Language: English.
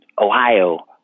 Ohio